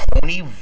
Tony